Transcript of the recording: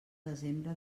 desembre